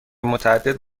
متعدد